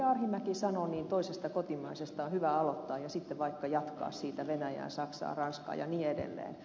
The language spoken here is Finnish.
arhinmäki sanoi toisesta kotimaisesta on hyvä aloittaa ja sitten vaikka jatkaa siitä venäjään saksaan ranskaan ja niin edelleen